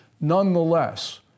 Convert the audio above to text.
Nonetheless